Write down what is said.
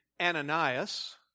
Ananias